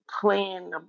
playing